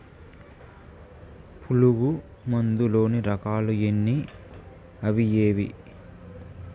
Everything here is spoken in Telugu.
పులుగు మందు లోని రకాల ఎన్ని అవి ఏవి?